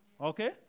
Okay